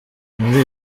muri